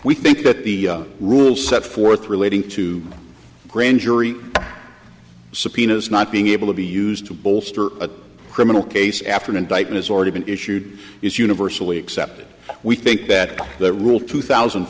we think that the rule set forth relating to grand jury subpoenas not being able to be used to bolster a criminal case after an indictment has already been issued is universally accepted we think that the rule two thousand